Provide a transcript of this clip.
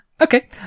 Okay